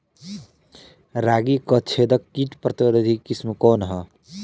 रागी क छेदक किट प्रतिरोधी किस्म कौन ह?